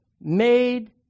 made